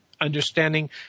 understanding